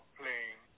playing